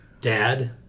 Dad